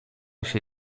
się